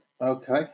Okay